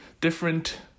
different